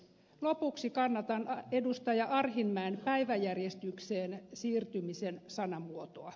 lopuksi kannatan edustaja arhinmäen päiväjärjestykseen siirtymisen sanamuotoa